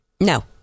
No